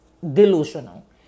delusional